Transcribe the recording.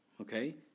okay